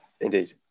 Indeed